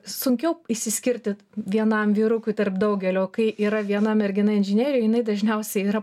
sunkiau išsiskirti vienam vyrukui tarp daugelio kai yra viena mergina inžinerijoj jinai dažniausiai yra